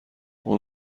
اون